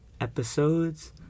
episodes